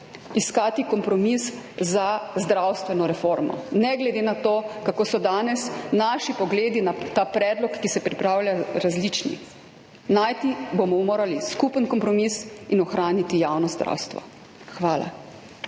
iskati kompromis za zdravstveno reformo, ne glede na to, kako so danes naši pogledi na ta predlog, ki se pripravlja, različni. Najti bomo morali skupen kompromis in ohraniti javno zdravstvo. Hvala.